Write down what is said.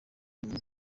umuntu